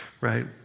right